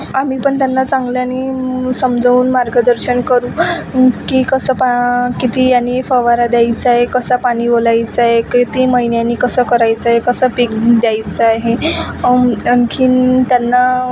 आम्ही पण त्यांना चांगल्याने समजवून मार्गदर्शन करू की कसं पा किती आणि फवारा द्यायचा आहे कसा पाणी ओलायचं आहे किती महिन्यांनी कसं करायचं आहे कसं पीक द्यायचं आहे आणखीन त्यांना